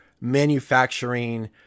manufacturing